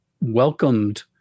welcomed